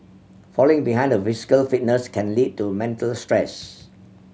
falling behind in physical fitness can lead to mental stress